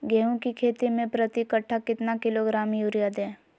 गेंहू की खेती में प्रति कट्ठा कितना किलोग्राम युरिया दे?